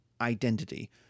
identity